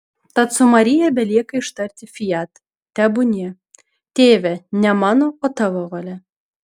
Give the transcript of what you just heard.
tad su marija belieka ištarti fiat tebūnie tėve ne mano o tavo valia